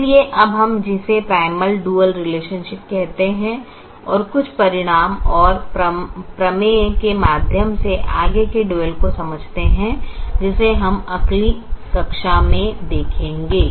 इसलिए अब हम जिसे प्राइमल डुअल रीलैशनशीप कहते है और कुछ परिणाम और प्रमेय के माध्यम से आगे के डुअल को समझते हैं जिसे हम अगली कक्षा में देखेंगे